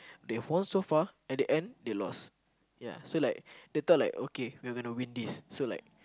they fall so far at the end they lost yeah so like they thought like we gonna win this so like